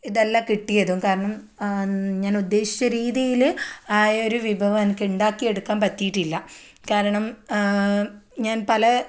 ഇതല്ല കിട്ടിയതും കാരണം ഞാൻ ഉദ്ദേശിച്ചത് രീതിയിൽ ആയൊരു വിഭവം എനിക്ക് ഉണ്ടാക്കിയെടുക്കാൻ പറ്റിയിട്ടില്ല കാരണം ഞാൻ പല